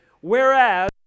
whereas